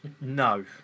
no